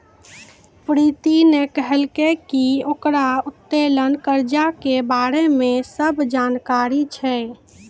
प्रीति ने कहलकै की ओकरा उत्तोलन कर्जा के बारे मे सब जानकारी छै